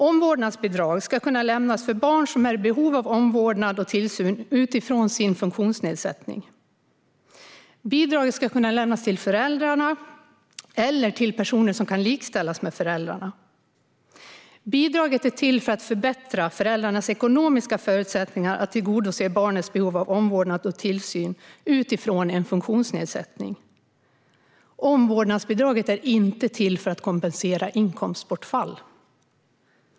Omvårdnadsbidrag ska kunna lämnas för barn som är i behov av omvårdnad och tillsyn utifrån sin funktionsnedsättning. Bidraget ska kunna lämnas till föräldrarna eller till personer som kan likställas med föräldrarna. Bidraget är till för att förbättra föräldrarnas ekonomiska förutsättningar att tillgodose barnets behov av omvårdnad och tillsyn utifrån en funktionsnedsättning. Omvårdnadsbidraget är inte till för att kompensera inkomstbortfall.